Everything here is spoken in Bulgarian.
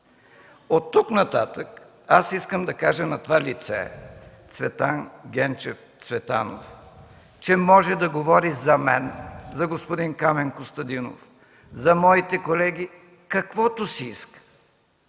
Оттук нататък искам да кажа на това лице – Цветан Генчев Цветанов, че може да говори за мен, за господин Камен Костадинов, за моите колеги каквото си иска.